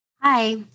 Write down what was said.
Hi